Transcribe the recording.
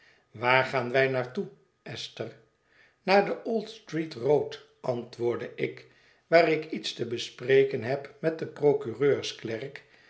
waar gaan wij naar toe esther naar de old stre et road antwoordde ik waar ik iets te bespreken heb met den